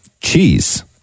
cheese